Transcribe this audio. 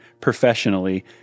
professionally